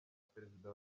perezida